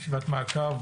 ישיבת המעקב,